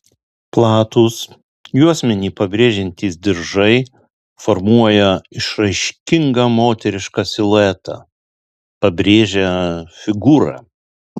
platūs juosmenį pabrėžiantys diržai formuoja išraiškingą moterišką siluetą pabrėžia figūrą